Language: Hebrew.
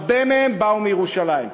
הרבה מהם באו מירושלים.